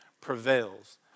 prevails